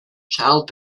child